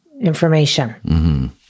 information